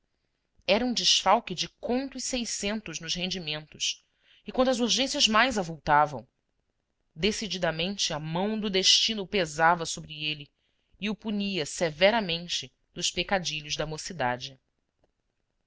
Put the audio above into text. era um desfalque de conto e seiscentos nos rendimentos e quando as urgências mais avultavam decididamente a mão do destino pesava sobre ele e o punia severamente dos pecadilhos da mocidade